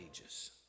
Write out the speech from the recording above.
ages